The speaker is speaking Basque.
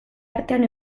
artean